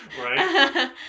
Right